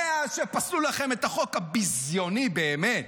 מאז שפסלו לכם את החוק הביזיוני באמת,